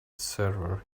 server